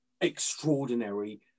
extraordinary